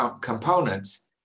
Components